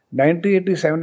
1987